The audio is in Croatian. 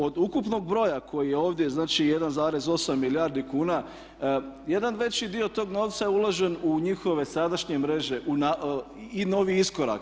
Od ukupnog broja koji je ovdje znači 1,8 milijardi kuna jedan veći dio tog novca je uložen u njihove sadašnje mreže i novi iskorak.